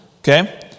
okay